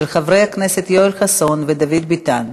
של חברי הכנסת יואל חסון ודוד ביטן.